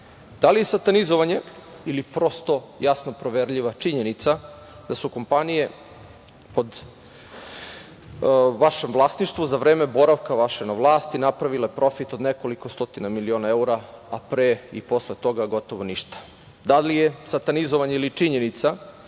li je satanizovanje ili prosto jasno proverljiva činjenica da su kompanije pod vašem vlasništvu za vreme boravka vaše na vlasti napravile profit od nekoliko stotina miliona evra, a pre i posle toga gotovo ništa? Da li je satanizovanje ili činjenica